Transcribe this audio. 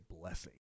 blessing